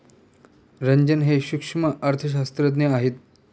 रंजन हे सूक्ष्म अर्थशास्त्रज्ञ आहेत